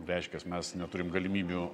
reiškias mes neturim galimybių